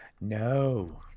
No